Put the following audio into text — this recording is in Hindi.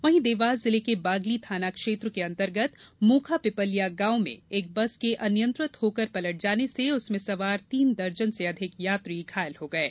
वहीं देवास जिले के बागली थाना क्षेत्र के अंतर्गत मोखा पीपल्या गांव एक बस के अनियंत्रित होकर पलट जाने से उसमें सवार तीन दर्जन से अधिक यात्री घायल हो गये